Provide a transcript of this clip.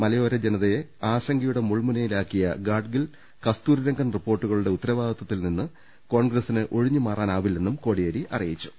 മലയോർ ജനതയെ ആശ ങ്കയുടെ മുൾമുനയിലാക്കിയ ഗാഡ്ഗിൽ ക്സ്തൂരിരംഗൻ റിപ്പോർട്ടുകളുടെ ഉത്തരവാദിത്വത്തിൽനിന്ന് കോൺഗ്രസ്സിന് ഒഴി ഞ്ഞുമാറാനാവില്ലെന്നും കോടിയേരി അറിയിച്ചു